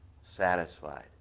satisfied